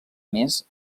més